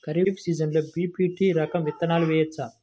ఖరీఫ్ సీజన్లో బి.పీ.టీ రకం విత్తనాలు వేయవచ్చా?